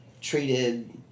treated